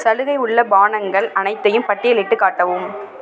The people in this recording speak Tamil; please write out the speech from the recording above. சலுகை உள்ள பானங்கள் அனைத்தையும் பட்டியலிட்டுக் காட்டவும்